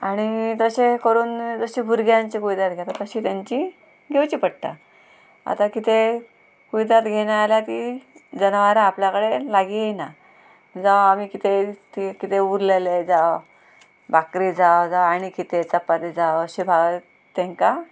आणी तशें करून जशें भुरग्यांची कुयदाद घेता तशी तेंची घेवची पडटा आतां कितें कुयदार घेयना जाल्यार तीं जनावरां आपल्या कडेन लागीं येना जावं आमी कितें कितें उरलेलें जावं बाकरी जावं जावं आणी कितें चपाती जावं अशें तेंकां